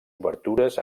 obertures